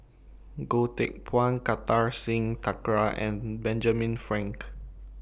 Goh Teck Phuan Kartar Singh Thakral and Benjamin Frank